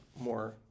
more